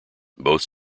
both